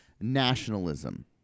nationalism